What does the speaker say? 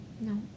No